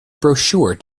brochure